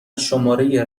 شماره